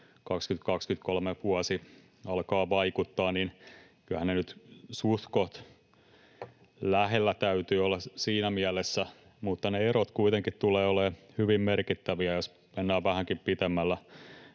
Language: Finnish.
kun vuosi 2023 alkaa vaikuttaa, niin kyllähän niiden nyt suhtkoht lähellä täytyy olla siinä mielessä, mutta ne erot kuitenkin tulevat olemaan hyvin merkittäviä, jos mennään vähänkin pitemmällä